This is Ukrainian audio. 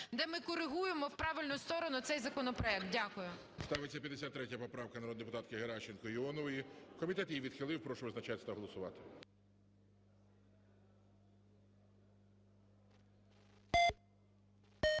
де ми коригуємо в правильну сторону цей законопроект. Дякую.